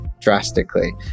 drastically